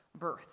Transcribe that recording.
birth